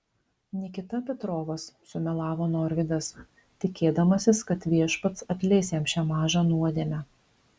nikita petrovas sumelavo norvydas tikėdamasis kad viešpats atleis jam šią mažą nuodėmę